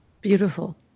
Beautiful